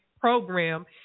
program